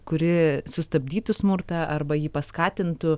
kuri sustabdytų smurtą arba jį paskatintų